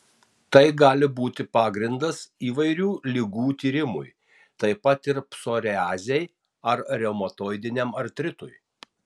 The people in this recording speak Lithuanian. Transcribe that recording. tai gali būti pagrindas įvairių ligų tyrimui taip pat ir psoriazei ar reumatoidiniam artritui